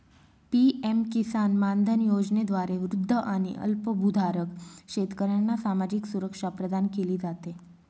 PM Kisan Maandhan योजनेद्वारे वृद्ध आणि अल्पभूधारक शेतकऱ्यांना सामाजिक सुरक्षा प्रदान केली जाते